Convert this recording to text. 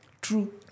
True